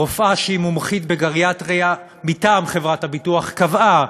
רופאה שהיא מומחית בגריאטריה מטעם חברת הביטוח קבעה